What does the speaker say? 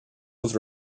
was